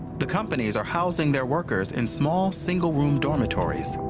the companies are housing their workers in small single room dormitories.